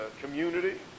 community